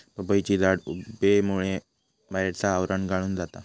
पपईचे झाड उबेमुळे बाहेरचा आवरण गळून जाता